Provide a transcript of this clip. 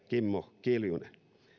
kimmo kiljunen